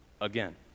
again